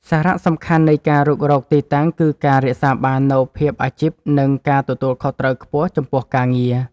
សារៈសំខាន់នៃការរុករកទីតាំងគឺការរក្សាបាននូវភាពអាជីព និងការទទួលខុសត្រូវខ្ពស់ចំពោះការងារ។